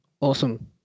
awesome